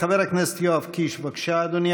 חבר הכנסת יואב קיש, בבקשה, אדוני.